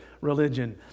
religion